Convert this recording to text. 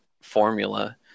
formula